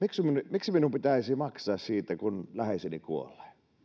miksi minun pitäisi maksaa siitä että läheiseni kuolee